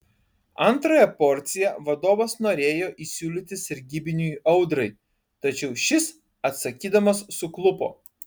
antrąją porciją vadovas norėjo įsiūlyti sargybiniui audrai tačiau šis atsakydamas suklupo